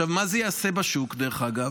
עכשיו, מה זה יעשה בשוק, דרך אגב?